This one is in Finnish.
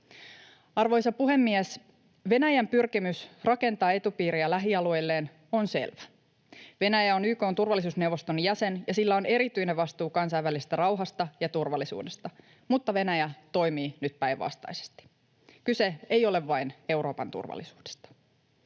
Arvoisa puhemies! Venäjän pyrkimys rakentaa etupiiriä lähialueilleen on selvä. Venäjä on YK:n turvallisuusneuvoston jäsen ja sillä on erityinen vastuu kansainvälisestä rauhasta ja turvallisuudesta, mutta Venäjä toimii nyt päinvastaisesti. Kyse ei ole vain Euroopan turvallisuudesta.